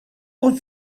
con